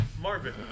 Marvin